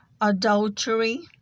adultery